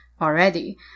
already